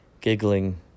giggling